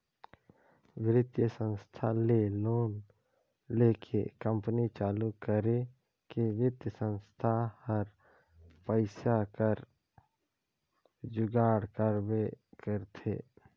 बित्तीय संस्था ले लोन लेके कंपनी चालू करे में बित्तीय संस्था हर पइसा कर जुगाड़ करबे करथे